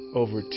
over